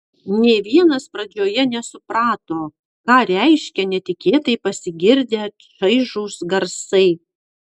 nė vienas pradžioje nesuprato ką reiškia netikėtai pasigirdę šaižūs garsai